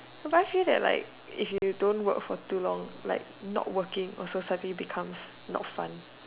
but I feel that like if you don't work for too long like not working also suddenly becomes not fun